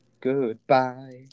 goodbye